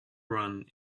run